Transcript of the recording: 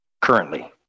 currently